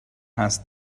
asked